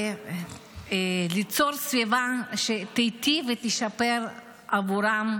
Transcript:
וליצור סביבה שתיטיב ותשפר עבורם,